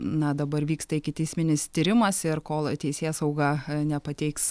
na dabar vyksta ikiteisminis tyrimas ir kol teisėsauga nepateiks